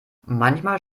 manchmal